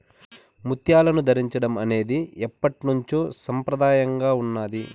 ముత్యాలను ధరించడం అనేది ఎప్పట్నుంచో సంప్రదాయంగా ఉన్నాది